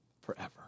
forever